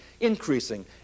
increasing